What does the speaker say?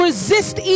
resist